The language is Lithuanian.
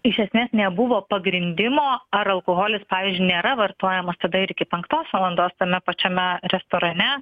iš esmės nebuvo pagrindimo ar alkoholis pavyzdžiui nėra vartojamas tada ir iki penktos valandos tame pačiame restorane